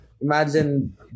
Imagine